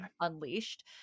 unleashed